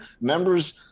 members